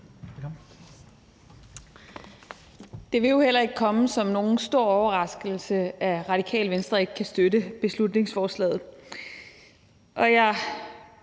Det vil jo ikke komme som nogen stor overraskelse, at Radikale Venstre ikke kan støtte beslutningsforslaget. Jeg